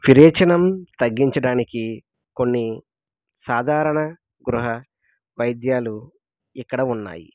విరేచనం తగ్గించడానికి కొన్ని సాధారణ గృహ వైద్యాలు ఇక్కడ ఉన్నాయి